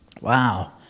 Wow